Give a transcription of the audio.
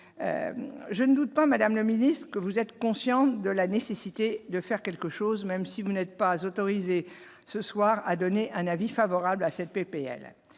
je ne doute pas, Madame le Ministre, que vous êtes conscient de la nécessité de faire quelque chose, même si vous n'êtes pas autoriser ce soir, a donné un avis favorable à cette PPL